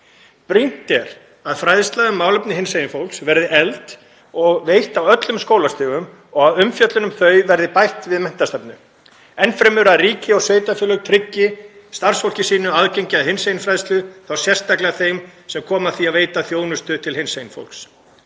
Brýnt er að fræðsla um málefni hinsegin fólks verði efld og veitt á öllum skólastigum og að umfjöllun um þau verði bætt við menntastefnu. Ennfremur að ríki og sveitarfélög tryggi starfsfólki sínu aðgengi að hinseginfræðslu, þá sérstaklega þeim sem koma að því að veita þjónustu til hinsegin fólks.“